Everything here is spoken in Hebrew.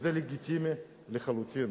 וזה לגיטימי לחלוטין.